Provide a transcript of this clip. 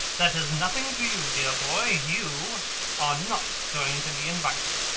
that is nothing to you, dear boy. you are not going to be invited.